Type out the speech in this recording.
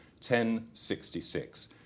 1066